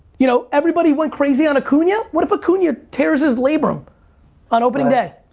you know everybody went crazy on acuna, what if acuna tears his labrum on opening day?